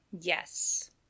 Yes